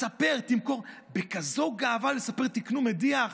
תספר, תמכור, בכזאת גאווה לספר: תקנו מדיח?